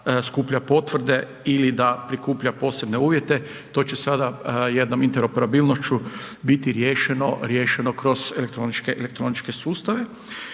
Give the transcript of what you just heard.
potvrde ili da prikuplja posebne uvjete, to će sada jednom interoperabilnošću biti riješeno kroz elektroničke sustave.